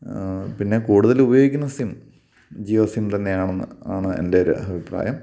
പിന്നെ കൂടുതലുപയോഗിക്കുന്ന SIM Jio SIM തന്നെയാണന്ന് ആണ് എൻ്റെയൊരു അഭിപ്രായം